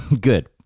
Good